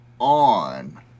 on